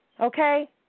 Okay